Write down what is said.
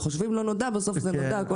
חושבים לא נודע ובסוף הוא נודע.